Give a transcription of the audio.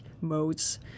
modes